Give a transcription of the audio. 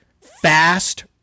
fast